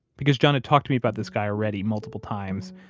because john had talked to me about this guy already, multiple times,